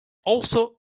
also